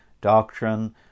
doctrine